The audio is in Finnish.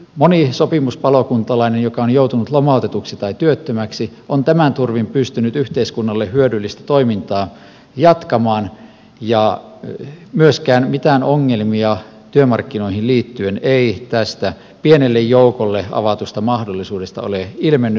moni sopimuspalokuntalainen joka on joutunut lomautetuksi tai työttömäksi on tämän turvin pystynyt yhteiskunnalle hyödyllistä toimintaa jatkamaan ja myöskään mitään ongelmia työmarkkinoihin liittyen ei tästä pienelle joukolle avatusta mahdollisuudesta ole ilmennyt